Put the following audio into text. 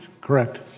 Correct